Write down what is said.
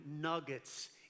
nuggets